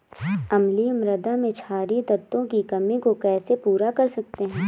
अम्लीय मृदा में क्षारीए तत्वों की कमी को कैसे पूरा कर सकते हैं?